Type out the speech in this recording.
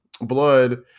blood